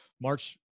March